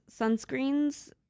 sunscreens